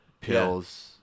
pills